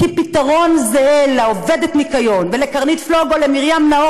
כי פתרון זהה לעובדת ניקיון ולקרנית פלוג או למרים נאור